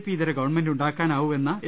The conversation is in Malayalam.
പി ഇതര ഗവൺമെന്റുണ്ടാക്കാനാവൂ എന്ന എ